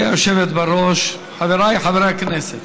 גברתי היושבת-ראש, חבריי חברי הכנסת,